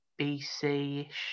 bc-ish